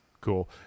cool